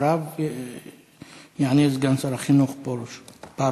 אחריו יעלה סגן שר החינוך פרוש.